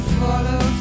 follow